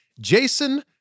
Jason